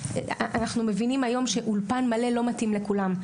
אנחנו יודעים שאולפן מלא לא מתאים לכולם.